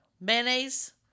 mayonnaise